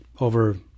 over